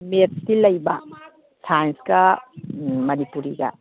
ꯃꯦꯠꯁꯇꯤ ꯂꯩꯕ ꯁꯥꯏꯟꯁꯀ ꯃꯅꯤꯄꯨꯔꯤꯒ